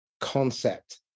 concept